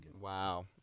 Wow